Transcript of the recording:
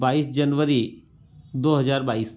बाईस जनवरी दो हज़ार बाईस